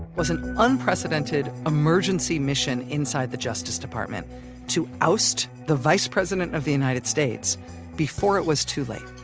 was an unprecedented emergency mission inside the justice department to oust the vice president of the united states before it was too late.